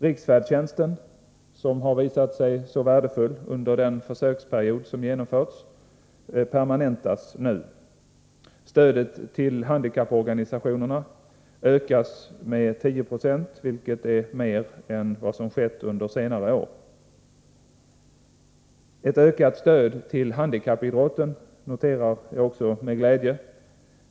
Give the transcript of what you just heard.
Riksfärdtjänsten, som har visat sig så värdefull under den försöksperiod som genomförts, permanentas nu. Stödet till handikapporganisationerna ökas med 10 96, vilket är mer än vad som skett under senare år. Ett ökat stöd till handikappidrotten noterar jag också med glädje.